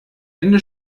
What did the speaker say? ende